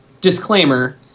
disclaimer